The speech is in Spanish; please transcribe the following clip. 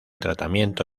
tratamiento